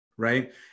Right